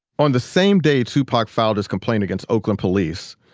on the same day tupac filed his complaint against oakland police,